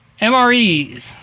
MREs